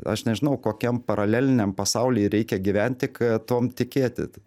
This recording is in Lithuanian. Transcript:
aš nežinau kokiam paraleliniam pasauly reikia gyventi kad tuom tikėti